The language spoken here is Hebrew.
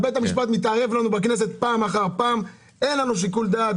המשפט מתערב בכנסת פעם אחר פעם, אין שיקול דעת.